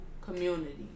community